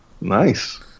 Nice